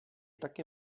také